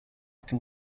can